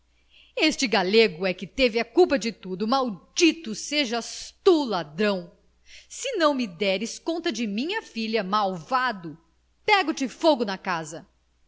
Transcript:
este galego e que teve a culpa de tudo maldito sejas tu ladrão se não me deres conta de minha filha malvado pego te fogo na casa